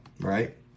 right